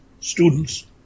students